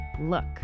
look